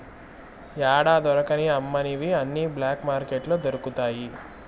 యాడా దొరకని అమ్మనివి అన్ని బ్లాక్ మార్కెట్లో దొరుకుతాయి